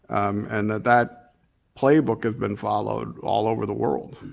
and that that playback had been followed all over the world.